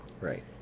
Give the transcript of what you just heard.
Right